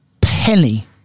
penny